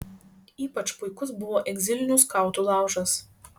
ypač puikus buvo egzilinių skautų laužas